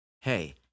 Hey